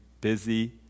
busy